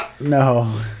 No